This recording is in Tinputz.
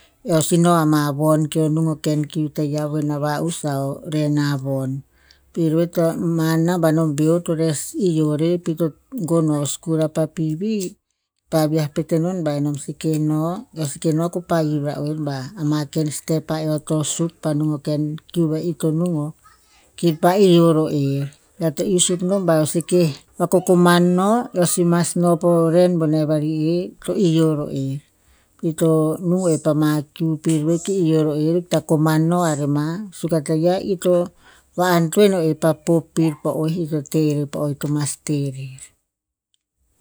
Eo si no ama von keo nung ama ken kiu taia ovena va'us a o len a von. Pir ve ta ma namban o beor to res ioh rer pi to gon o skul o pa pv pa viah pet enon ba nom seke no, eo seke no keo pa hiv ra oer ba ama ken step a eo to suk pa nung ama kiu va'i to nung o, kir pa-eh ioh ro er. Eo to iuh suk nom ba eo seke va kokoman no, eo si mas no po len boneh vari to ioh ro er. Pi to nung er pa ma kiu pir ki ioh ro er ita koman no areh ma. Suk a taia ir to va antoen er pa pop pir po oeh ito teh rer po o ito mas teh rer.